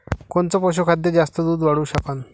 कोनचं पशुखाद्य जास्त दुध वाढवू शकन?